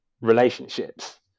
relationships